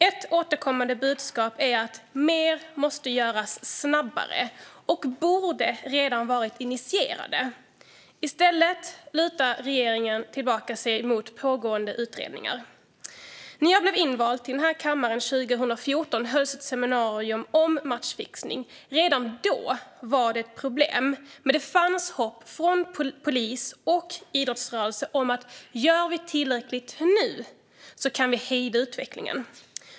Ett återkommande budskap är att mer måste göras snabbare och att mer redan borde ha varit initierat. I stället lutar regeringen sig tillbaka mot pågående utredningar. När jag blev invald till den här kammaren 2014 hölls ett seminarium om matchfixning. Redan då var det ett problem. Men det fanns hopp från polis och idrottsrörelse: Gör vi tillräckligt nu kan vi hejda utvecklingen!